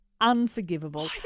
unforgivable